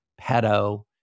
pedo